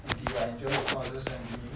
N_T_U I enjoy the courses I'm doing